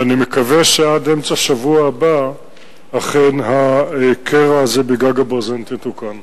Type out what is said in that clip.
ואני מקווה שעד אמצע השבוע הבא אכן הקרע הזה בגג הברזנט יתוקן.